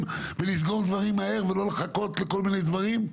ולסגור דברים מהר ולא לחכות לכל מיני דברים?